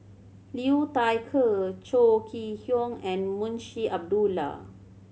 Liu Thai Ker Chong Kee Hiong and Munshi Abdullah